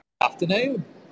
afternoon